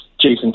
Jason